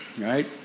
Right